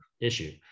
issue